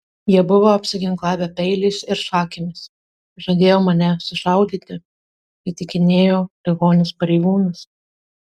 jie buvo apsiginklavę peiliais ir šakėmis žadėjo mane sušaudyti įtikinėjo ligonis pareigūnus